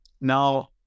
Now